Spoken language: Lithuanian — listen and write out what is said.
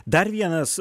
dar vienas